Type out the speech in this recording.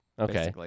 Okay